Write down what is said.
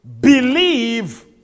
believe